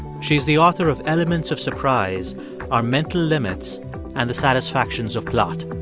she's the author of elements of surprise our mental limits and the satisfactions of plot.